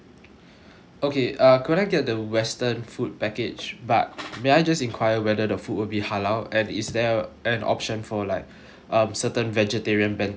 okay uh could I get the western food package but may I just enquire whether the food will be halal and is there an option for like um certain vegetarian bento sets